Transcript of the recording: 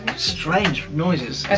strange noises.